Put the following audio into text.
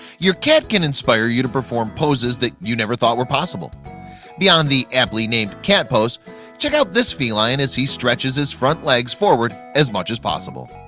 your cat can inspire you to perform poses that you never thought were possible beyond the aptly named cat post check out this feline as he stretches his front legs forward as much as possible